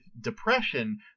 depression